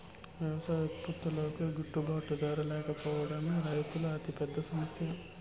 వ్యవసాయ ఉత్పత్తులకు గిట్టుబాటు ధర లేకపోవడమే రైతుల అతిపెద్ద సమస్య